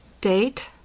Date